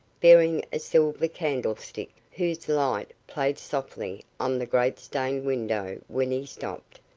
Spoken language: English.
bearing a silver candlestick, whose light played softly on the great stained window when he stopped,